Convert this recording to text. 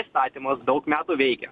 įstatymas daug metų veikia